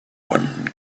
one